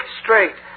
straight